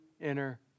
inner